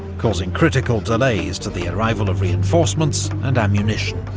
causing critical delays to the arrival of reinforcements and ammunition.